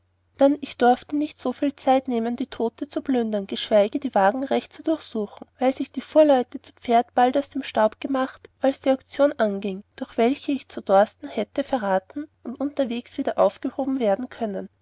dann ich dorfte nicht so viel zeit nehmen die tode zu plündern geschweige die wägen recht zu durchsuchen weil sich die fuhrleute zu pferd bald aus dem staub gemacht als die aktion angieng durch welche ich zu dorsten hätte verraten und unterwegs wieder aufgehoben werden können